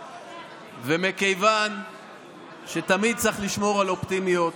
ומכיוון שתמיד צריך לשמור על אופטימיות,